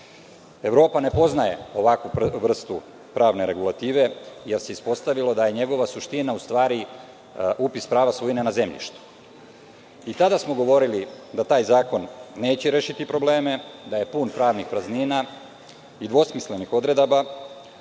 Evropa ne poznaje ovakvu vrstu pravne regulative, jer se ispostavilo da je njegova suština u stvari upis prava svojine na zemljištu. I tada smo govorili da taj zakon neće rešiti probleme, da je pun pravnih praznina i dvosmislenih odredaba